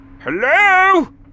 Hello